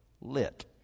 lit